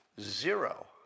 Zero